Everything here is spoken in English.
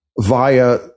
via